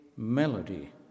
Melody